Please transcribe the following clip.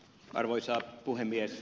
arvoisa puhemies